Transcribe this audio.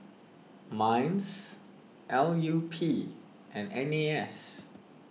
Minds L U P and N A S